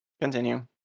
Continue